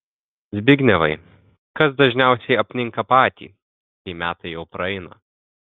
zbignevai kas dažniausiai apninka patį kai metai jau praeina